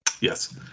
Yes